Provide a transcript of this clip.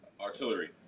artillery